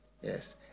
Yes